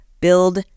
build